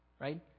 right